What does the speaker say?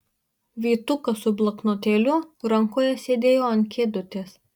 vytukas su bloknotėliu rankoje sėdėjo ant kėdutės